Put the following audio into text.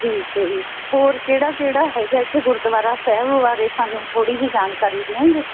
ਠੀਕ ਹੈ ਜੀ ਹੋਰ ਕਿਹੜਾ ਕਿਹੜਾ ਹੈਗਾ ਇੱਥੇ ਗੁਰਦੁਆਰਾ ਸਾਹਿਬ ਬਾਰੇ ਸਾਨੂੰ ਥੋੜ੍ਹੀ ਜਿਹੀ ਜਾਣਕਾਰੀ ਦਿਓਂਗੇ